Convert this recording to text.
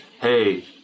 Hey